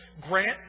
grant